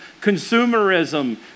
consumerism